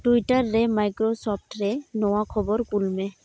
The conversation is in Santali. ᱴᱩᱭᱴᱟᱨ ᱨᱮ ᱢᱟᱭᱠᱨᱳᱥᱚᱯᱷᱴ ᱨᱮ ᱱᱚᱣᱟ ᱠᱷᱚᱵᱚᱨ ᱠᱩᱞᱢᱮ